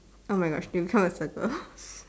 oh my gosh it becomes a circus